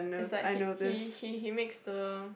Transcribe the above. is like he he he makes the